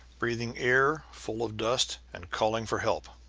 breathing air full of dust and calling for help.